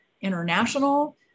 international